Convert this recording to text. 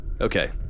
Okay